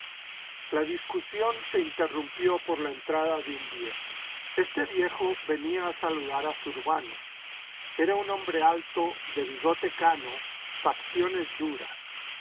la discusión se interrumpió por la entrada de un viejo este viejo venía a saludar a zurbano era un hombre alto de bigote cano facciones duras